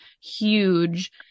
huge